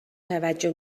توجه